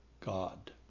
God